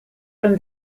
from